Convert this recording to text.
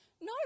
no